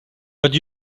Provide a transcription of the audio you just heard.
but